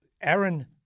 Aaron